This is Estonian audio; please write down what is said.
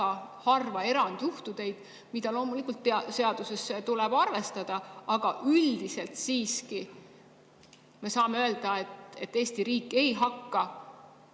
harva erandjuhtumeid, mida loomulikult seaduses tuleb arvestada, aga kas üldiselt me siiski saame öelda, et Eesti riik ei hakka